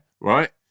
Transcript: right